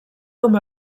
com